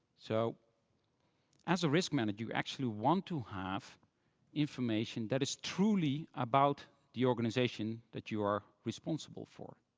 so as a risk manager, you actually want to have information that is truly about the organization that you are responsible for.